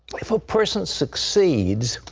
if a person succeeds,